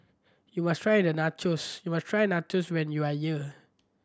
you must try the Nachos you must try Nachos when you are year